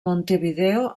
montevideo